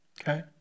Okay